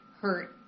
hurt